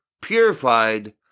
purified